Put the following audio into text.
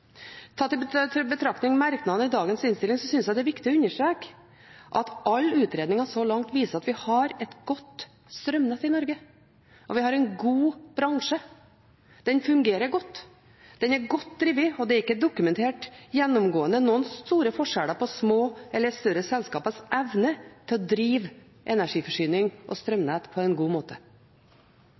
Tatt i betraktning merknadene i dagens innstilling synes jeg det er viktig å understreke at alle utredninger så langt viser at vi har et godt strømnett i Norge, og vi har en god bransje. Den fungerer godt. Den er godt drevet, og det er ikke dokumentert gjennomgående noen store forskjeller på de små og de større selskapenes evne til å drive energiforsyning og strømnett på en god måte.